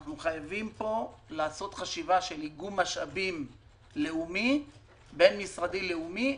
אנחנו חייבים פה לעשות חשיבה על איגום משאבים בין-משרדי לאומי,